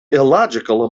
illogical